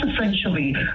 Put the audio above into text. essentially